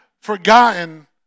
forgotten